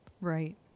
Right